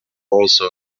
also